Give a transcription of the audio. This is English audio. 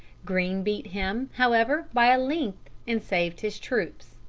greene beat him, however, by a length, and saved his troops.